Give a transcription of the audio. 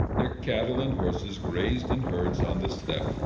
their cattle and horses grazed in herds on the steppe.